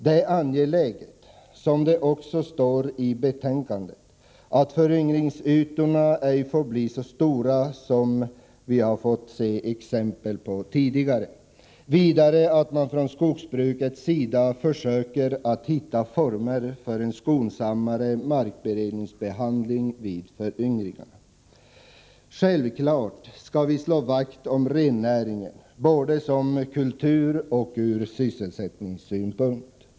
Det är angeläget — som det står i betänkandet — att föryngringsytorna ej får bli så stora som vi sett exempel på tidigare. Vidare är det angeläget att man från skogsbrukets sida försöker hitta former för en skonsammare markberedningsbehandling vid föryngringar. Självfallet skall vi slå vakt om rennäringen både från kultursynpunkt och från sysselsättningssynpunkt.